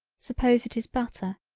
suppose it is butter,